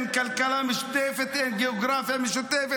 אין כלכלה משותפת, אין גיאוגרפיה משותפת.